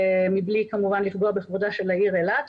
מבלי כמובן לפגוע בכבודה של העיר אילת,